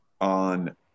on